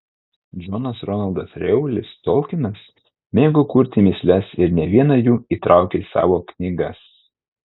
džonas ronaldas reuelis tolkinas mėgo kurti mįsles ir ne vieną jų įtraukė į savo knygas